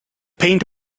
paint